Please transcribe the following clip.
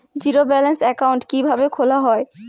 Zero balance account কিভাবে খোলা হয়?